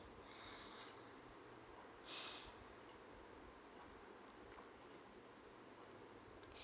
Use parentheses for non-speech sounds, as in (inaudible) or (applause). (breath)